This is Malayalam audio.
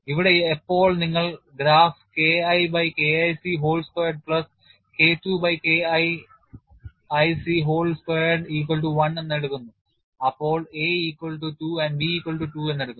ഇവിടെ എപ്പോൾ നിങ്ങൾ graph K I by K IC whole squared plus K II by K IIC whole squared equal to 1 എന്ന് എടുക്കുന്നുഅപ്പോൾ a equal to 2 and b equal to 2 എന്ന് എടുക്കുന്നു